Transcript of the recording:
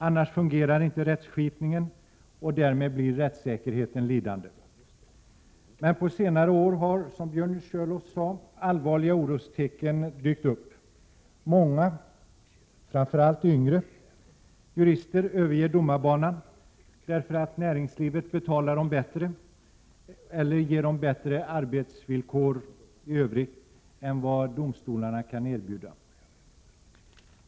Annars fungerar inte rättskipningen och därmed blir rättssäkerheten lidande. Men på senare tid har, som Björn Körlof sade, allvarliga orostecken dykt upp. Många, framför allt yngre jurister, överger domarbanan därför att näringslivet betalar dem bättre eller ger dem bättre arbetsvillkor i övrigt än vad domstolarna kan erbjuda.